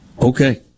Okay